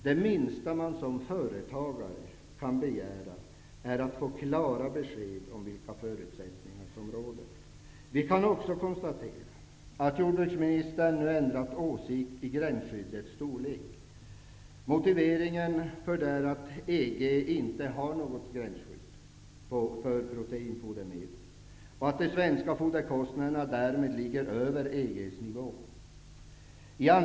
Det minsta man som företagare kan begära är att få klara besked om vilka förutsättningar som råder. Vi kan också konstatera att jordbruksministern nu har ändrat åsikt om gränsskyddets storlek. Motiveringen för detta är att EG inte har något gränsskydd för proteinfodermedel och att de svenska foderkostnaderna därmed ligger över kostnadsnivån inom EG.